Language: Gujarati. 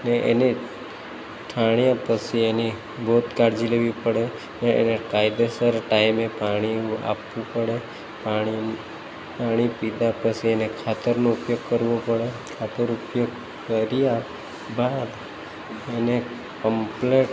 ને એને ઠાણયા પછી એની બહુ જ કાળજી લેવી પડે અને એને કાયદેસર ટાઈમે પાણી એવું આપવું પડે પાણી પાણી પીધા પછી એને ખાતરનો ઉપયોગ કરવો પડે ખાતર ઉપયોગ કર્યા બાદ એને કંપલેટ